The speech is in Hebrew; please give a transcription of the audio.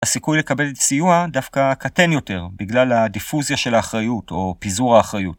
הסיכוי לקבל את הסיוע דווקא קטן יותר בגלל הדיפוזיה של האחריות או פיזור האחריות.